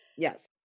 Yes